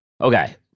Okay